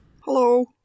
Hello